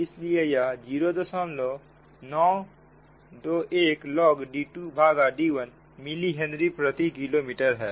इसलिए यह 0921 log d2d1 millihenry प्रति किलोमीटर है